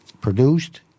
produced